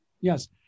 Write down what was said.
Yes